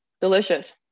Delicious